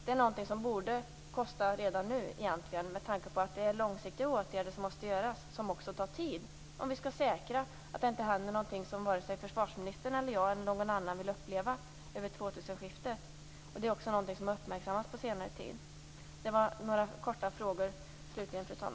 Det är någonting som borde kosta redan nu egentligen, med tanke på att det är långsiktiga åtgärder som måste vidtas, som också tar tid, om vi skall säkra att det inte händer någonting som vare sig försvarsministern, jag eller någon annan vill uppleva. Det är också någonting som har uppmärksammats på senare tid. Det var några korta frågor, fru talman.